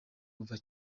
bava